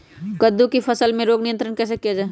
कददु की फसल में रोग नियंत्रण कैसे किया जाए?